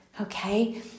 okay